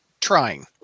trying